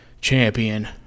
champion